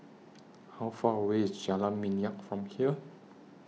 How Far away IS Jalan Minyak from here